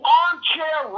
armchair